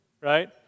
right